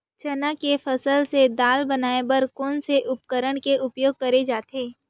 चना के फसल से दाल बनाये बर कोन से उपकरण के उपयोग करे जाथे?